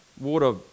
water